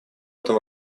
этом